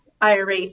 IRA